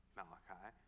malachi